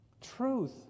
Truth